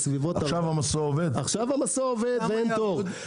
עכשיו המסוע עובד, ואין תור.